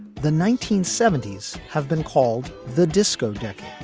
the nineteen seventy s have been called the disco decade.